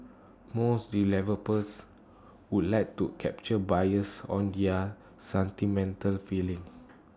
most developers would like to capture buyers on their sentimental feeling